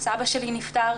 סבא שלי נפטר,